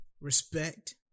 respect